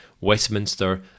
Westminster